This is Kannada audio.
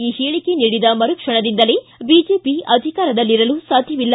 ಈ ಹೇಳಿಕೆ ನೀಡಿದ ಮರುಕ್ಷಣದಿಂದಲೇ ಬಿಜೆಪಿ ಅಧಿಕಾರದಲ್ಲಿರಲು ಸಾಧ್ಯವಿಲ್ಲ